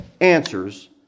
answers